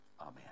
amen